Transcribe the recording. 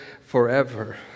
forever